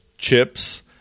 Chips